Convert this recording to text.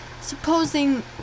supposing